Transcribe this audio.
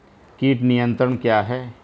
कीट नियंत्रण क्या है?